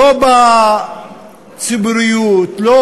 לא בציבוריות, לא